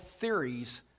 theories